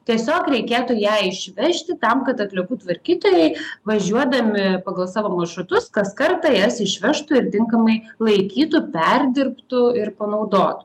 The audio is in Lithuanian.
tiesiog reikėtų ją išvežti tam kad atliekų tvarkytojai važiuodami pagal savo maršrutus kas kartą jas išvežtų ir tinkamai laikytų perdirbtų ir panaudotų